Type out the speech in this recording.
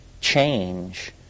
change